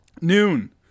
Noon